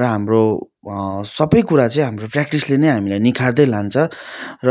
र हाम्रो सबै कुरा चाहिँ हाम्रो प्र्याक्टिसले नै हामीलाई निखार्दै लान्छ र